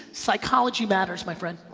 psychology matters, my friend.